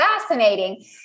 fascinating